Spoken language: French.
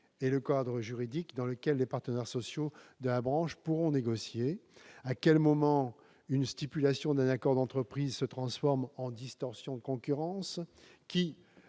et le cadre juridique dans lequel les partenaires sociaux de la branche pourront négocier. À quel moment une stipulation d'un accord d'entreprise se transforme-t-elle en distorsion de concurrence